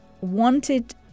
wanted